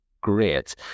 great